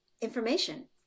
information